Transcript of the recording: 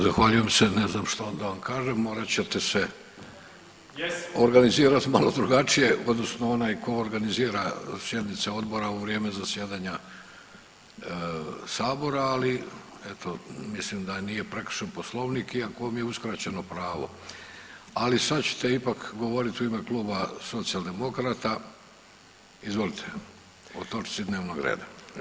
Zahvaljujem se, ne znam šta da vam kažem morat ćete se [[Upadica: Jesam.]] organizirat malo drugačije odnosno onaj tko organizira sjednice odbora u vrijeme zasjedanja sabora, ali eto mislim da nije praktičan Poslovnik iako vam je uskraćeno pravo, ali sad ćete ipak govorit u ime Kluba Socijaldemokrata, izvolite, o točci dnevnog reda.